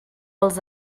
els